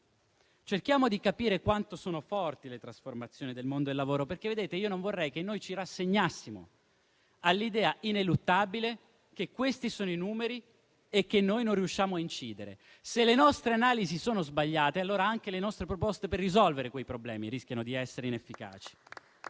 Cerchiamo di capire quanto sono forti le trasformazioni del mondo del lavoro. Non vorrei che ci rassegnassimo all'idea ineluttabile che questi sono i numeri e che noi non riusciamo a incidere. Se le nostre analisi sono sbagliate, allora anche le nostre proposte per risolvere quei problemi rischiano di essere inefficaci.